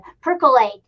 percolate